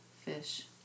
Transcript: fish